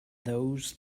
those